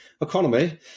economy